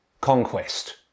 conquest